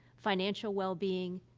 financial wellbeing,